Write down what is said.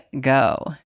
go